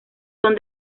son